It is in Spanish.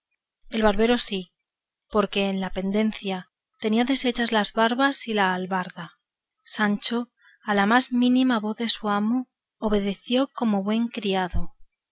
el barbero sí porque en la pendencia tenía deshechas las barbas y el albarda sancho a la más mínima voz de su amo obedeció como buen criado